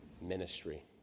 ministry